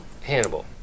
Hannibal